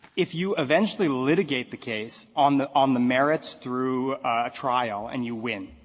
if you eventually litigate the case on the on the merits through a trial and you win,